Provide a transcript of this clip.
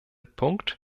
punkt